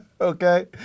okay